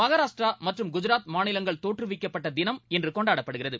மகாராஷ்டிரா மற்றும் குஜராத் மாநிலங்கள் தோற்றுவிக்கப்பட்ட தினம் இன்று கொண்டாடப்படுகிறது